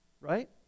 right